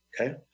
Okay